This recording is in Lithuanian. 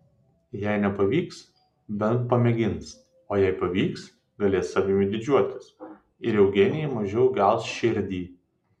jei nepavyks bent pamėgins o jei pavyks galės savimi didžiuotis ir eugenijai mažiau gels širdį